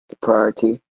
priority